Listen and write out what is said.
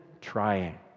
trying